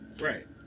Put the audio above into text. Right